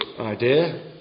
idea